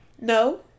No